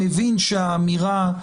מבין שהאמירה: